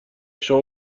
شما